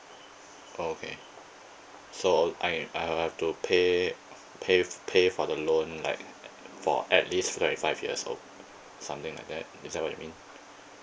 okay so I uh have to pay pay pay for the loan like for at least like five years old something like that is that what you mean